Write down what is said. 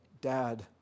Dad